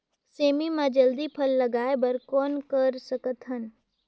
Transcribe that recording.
सेमी म जल्दी फल लगाय बर कौन कर सकत हन?